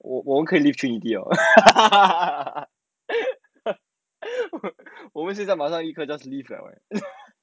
我我们可以 leave 我们现在马上立刻 just leave liao